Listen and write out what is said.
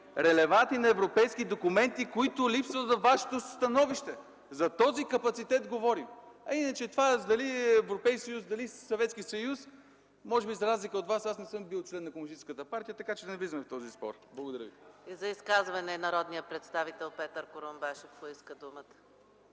релевантни на европейски документи, които липсват във вашето становище! За този капацитет говорим! Иначе дали Европейски съюз, дали Съветски съюз – може би за разлика от Вас, аз не съм бил член на Комунистическата партия, така че да не влизаме в този спор. Благодаря ви.